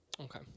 Okay